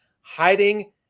hiding